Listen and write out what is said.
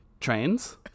trains